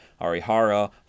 Arihara